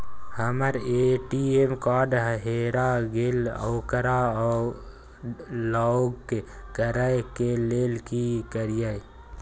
हमर ATM card हेरा गेल ओकरा लॉक करै के लेल की करियै?